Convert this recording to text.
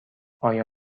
آیا